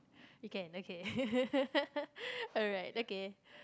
you can okay alright okay